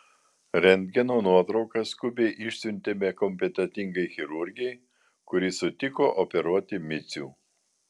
rentgeno nuotraukas skubiai išsiuntėme kompetentingai chirurgei kuri sutiko operuoti micių